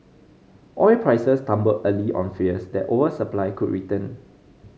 oil prices tumbled early on fears that oversupply could return